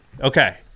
Okay